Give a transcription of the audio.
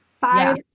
five